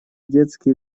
детские